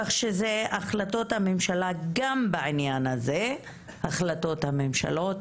כך שגם בעניין הזה החלטות הממשלות